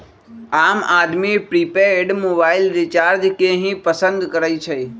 आम आदमी prepaid mobile recharge के ही पसंद करई छई